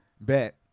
Bet